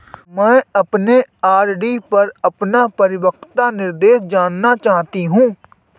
मैं अपने आर.डी पर अपना परिपक्वता निर्देश जानना चाहती हूँ